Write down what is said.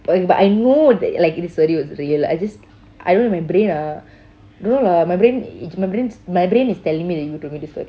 but but I know that like this story was real I just I don't remember my brain ah don't know lah my brain is my brain my brain is telling me that you told me this story